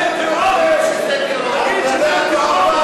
תגיד שזה טרור,